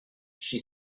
she